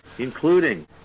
Including